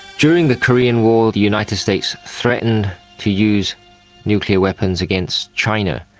during the korean war the united states threatened to use nuclear weapons against china,